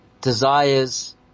desires